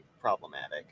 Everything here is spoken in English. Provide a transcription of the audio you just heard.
problematic